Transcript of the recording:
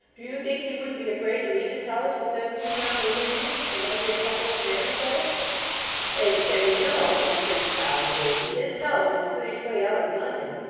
do you think he wouldn't be afraid to leave his house with them two young women in it, and only a couple of men, or so ay, but then you know returned solomon daisy, his house is a goodish way out of london,